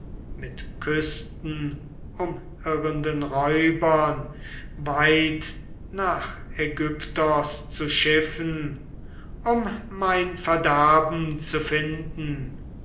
mit küstenumirrenden räubern weit nach aigyptos zu schiffen um mein verderben zu finden